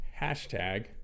hashtag